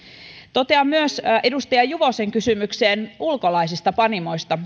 totean myös edustaja juvosen kysymyksen ulkolaisista panimoista